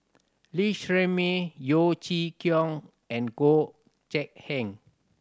Lee Shermay Yeo Chee Kiong and Goh Gek Heng